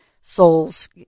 souls